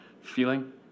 feeling